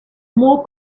more